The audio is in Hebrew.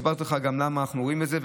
הסברתי לך גם למה אנחנו רואים את זה.